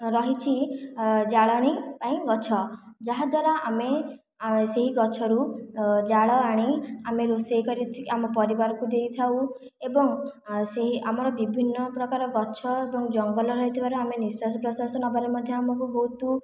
ରହିଛି ଜାଳେଣି ପାଇଁ ଗଛ ଯାହାଦ୍ୱାରା ଆମେ ସେହି ଗଛରୁ ଜାଳ ଆଣି ଆମେ ରୋଷେଇ କରି ଆମ ପରିବାର କୁ ଦେଇଥାଉ ଏବଂ ସେଇ ଆମର ବିଭିନ୍ନ ପ୍ରକାର ଗଛ ଏବଂ ଜଙ୍ଗଲ ରହିଥିବାରୁ ଆମେ ନିଶ୍ୱାସପ୍ରଶ୍ୱାସ ନେବାରେ ମଧ୍ୟ ଆମକୁ ବହୁତ